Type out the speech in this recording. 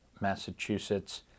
Massachusetts